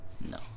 No